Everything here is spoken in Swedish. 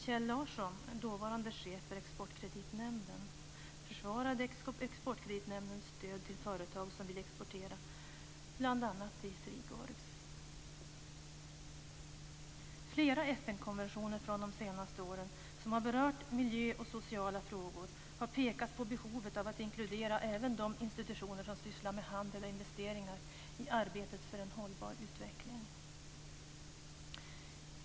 Kjell Larsson, dåvarande chef för Exportkreditnämnden, försvarade Exportkreditnämndens stöd till företag som vill exportera bl.a. till Three Gorges. I flera FN-konventioner från de senaste åren som har berört miljöfrågor och sociala frågor har det pekats på behovet av att inkludera även de institutioner som sysslar med handel och investeringar i arbetet för en hållbar utveckling.